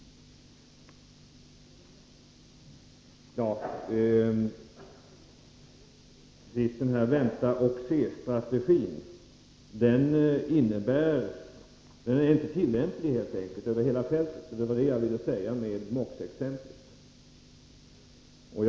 Vänta-och-se-strategin är helt enkelt inte tillämplig över hela fältet. Det var det jag ville säga med MOX-exemplet.